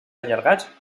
allargats